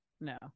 No